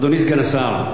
אדוני סגן השר,